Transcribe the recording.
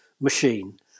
machine